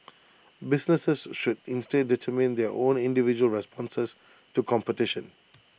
businesses should instead determine their own individual responses to competition